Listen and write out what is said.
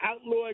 outlawed